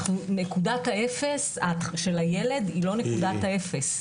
נקודת האפס של הילד היא לא נקודת האפס.